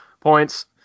Points